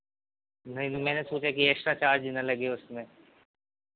नहीं तो मैंने सोचा कि एक्स्ट्रा चार्ज़ ना लगे उसमें